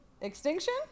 Extinction